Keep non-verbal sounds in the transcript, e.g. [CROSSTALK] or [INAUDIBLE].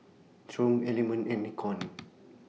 Triumph Element and Nikon [NOISE]